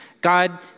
God